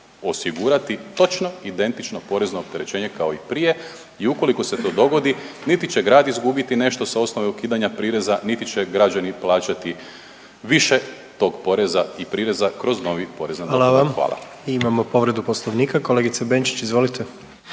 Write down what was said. osigurati točno identično porezno opterećenje kao i prije i ukoliko se to dogodi, niti će grad izgubiti nešto sa osnove ukidanja prireza niti će građani plaćati više tog poreza i prireza kroz novi porez na dohodak. Hvala. **Jandroković, Gordan (HDZ)** Hvala. Imamo povredu Poslovnika, kolegice Benčić, izvolite.